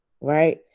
Right